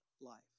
life